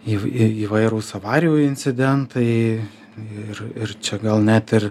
įv į įvairūs avarijų incidentai ir ir čia gal net ir